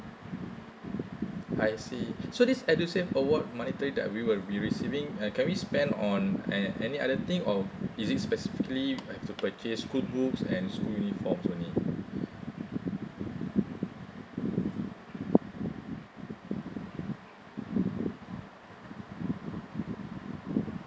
I see so this edusave award monetary that we will be receiving uh can we spend on an any other thing or is it specifically have to purchase school books and school uniforms only